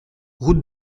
route